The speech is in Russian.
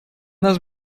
нас